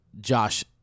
josh